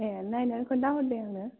ए नायनानै खोन्थाहर दे आंनो